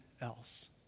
else